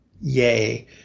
Yay